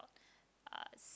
uh